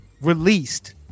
released